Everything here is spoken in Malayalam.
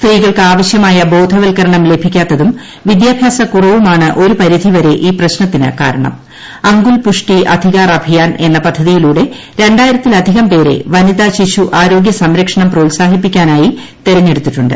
സ്ത്രീകൾക്ക് ബോധവത്കരണം ലഭിക്കാത്തതും വിദ്യാഭ്യാസ ആവശ്യമായ കുറവുമാണ് ഒരു പരിധി വരെ ഈ പ്രശ്നത്തിന് കാരണം അംഗുൽ പുഷ്ഠി അധികാർ അഭിയാൻ എന്ന പദ്ധതിയിലൂടെ രണ്ടായിരത്തിലധികം പേരെ വനിത ശിശു ആരോഗ്യ സംരക്ഷണം പ്രോത്സാഹിപ്പിക്കാനായി തെരഞ്ഞെടുത്തിട്ടുണ്ട്